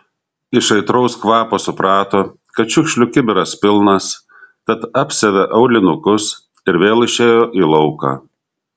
iš aitraus kvapo suprato kad šiukšlių kibiras pilnas tad apsiavė aulinukus ir vėl išėjo į lauką